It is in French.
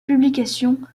publication